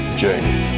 journey